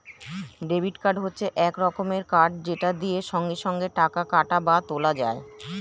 debit card হচ্ছে এক রকমের কার্ড যেটা দিয়ে সঙ্গে সঙ্গে টাকা কাটা বা তোলা যায়